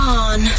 on